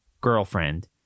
girlfriend